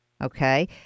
okay